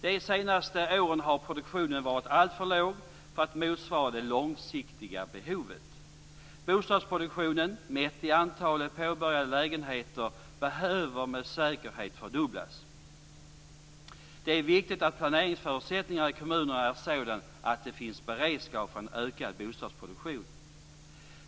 De senaste åren har produktionen varit alltför låg för att motsvara det långsiktiga behovet. Bostadsproduktionen, mätt i antalet påbörjade lägenheter, behöver med säkerhet fördubblas. Det är viktigt att planeringsförutsättningarna i kommunerna är sådana att det finns beredskap för en ökad bostadsproduktion.